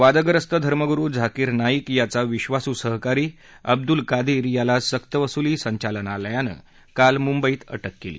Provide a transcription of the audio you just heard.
वादग्रस्त धर्मग्रु झाकीर नाईक याचा विश्वासू सहकारी अब्दुल कादीर याला सरकवसूली संचालनालयानं काल मुंबईत अ क केली